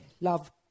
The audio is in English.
love